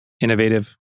innovative